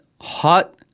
hot